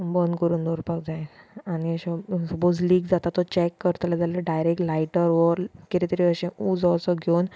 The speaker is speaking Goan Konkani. बंद करून दवरपाक जाय आनी अश्यो सपोज लीक जाता तो चॅक करतलें जाल्यार डायरेंक्ट लायटर ऑर कितें तरी अशें उजो उसो घेवून